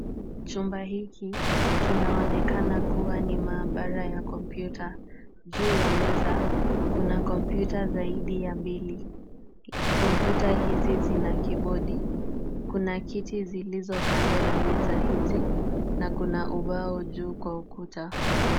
Chumba hiki, kinaonekana kuwa ni maabara yana computer . Juu ya meza kuna computer zaidi ya mbili. Computer hizi zina kibodi. Kuna kiti zilizo kando ya meza hizi na kuna ubao juu kwa ukuta.